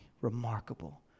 remarkable